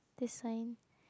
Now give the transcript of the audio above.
this sign